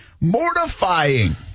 mortifying